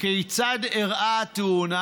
כיצד אירעה התאונה,